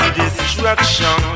destruction